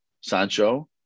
Sancho